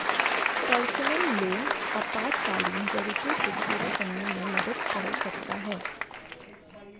personal loan आपातकालीन जरूरतों को पूरा करने में मदद कर सकता है